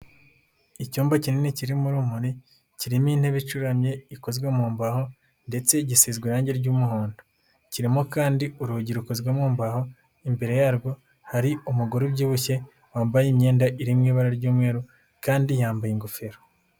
Icyumba kinini kirimo urumuri kirimo intebe icuramye ikozwe mu mbaho ndetse gisizwe irangi ry'umuhondo, kirimo kandi urugi rukozwe mu mbaho imbere yarwo hari umugore ubyibushye wambaye imyenda iri mu ibara ry'umweru kandi yambaye ingofero.